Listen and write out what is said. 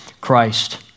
Christ